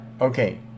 Okay